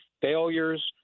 failures